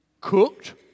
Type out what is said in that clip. cooked